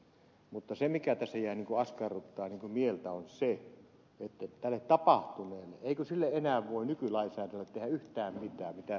mutta se mikä tässä jää askarruttamaan mieltä on se eikö tälle tapahtuneelle enää voi nykylainsäädännöllä tehdä yhtään mitään mitä ed